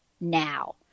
now